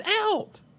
out